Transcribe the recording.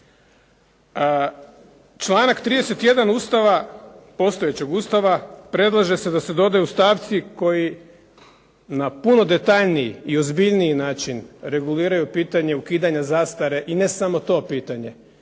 Članak 31. Ustava postojećeg Ustava predlaže se da se dodaju stavci koji na puno detaljniji i ozbiljniji način reguliraju pitanje ukidanja zastare i ne samo za to pitanje,